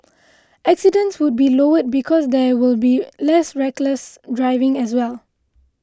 accidents would be lowered because there will be less reckless driving as well